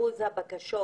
אחוז הבקשות